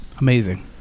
amazing